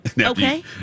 Okay